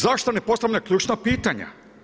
Zašto ne postavljamo ključna pitanja?